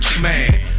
man